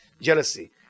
Jealousy